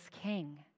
king